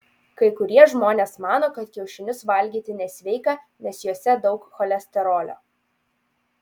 kai kurie žmonės mano kad kiaušinius valgyti nesveika nes juose daug cholesterolio